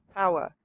power